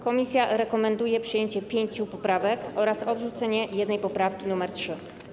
Komisja rekomenduje przyjęcie pięciu poprawek oraz odrzucenie jednej poprawki - poprawki nr 3.